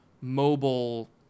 mobile